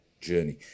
journey